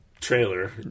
Trailer